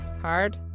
hard